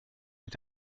mit